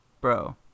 Bro